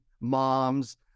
moms